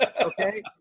okay